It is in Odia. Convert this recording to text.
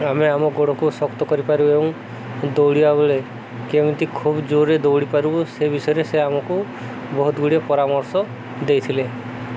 ଆମେ ଆମ ଗୋଡ଼କୁ ଶକ୍ତ କରିପାରିବୁ ଏବଂ ଦୌଡ଼ିବା ବେଳେ କେମିତି ଖୁବ୍ ଜୋରରେ ଦୌଡ଼ି ପାରିବୁ ସେ ବିଷୟରେ ସେ ଆମକୁ ବହୁତ ଗୁଡ଼ିଏ ପରାମର୍ଶ ଦେଇଥିଲେ